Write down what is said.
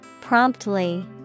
promptly